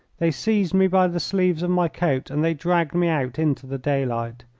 they seized me by the sleeves of my coat, and they dragged me out into the daylight.